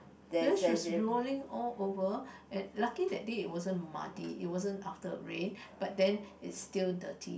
because she was rolling all over and lucky that day it wasn't muddy it wasn't after rain but then it still dirty